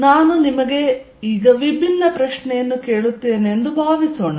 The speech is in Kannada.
ನಾನು ನಿಮಗೆ ವಿಭಿನ್ನ ಪ್ರಶ್ನೆಯನ್ನು ಕೇಳುತ್ತೇನೆ ಎಂದು ಭಾವಿಸೋಣ